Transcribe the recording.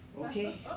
okay